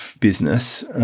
business